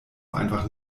einfach